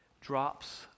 drops